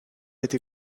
été